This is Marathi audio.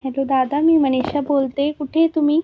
हॅलो दादा मी मनिषा बोलते आहे कुठे आहे तुम्ही